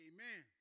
Amen